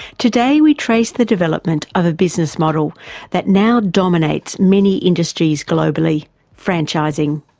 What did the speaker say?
today we trace the development of a business model that now dominates many industries globally franchising.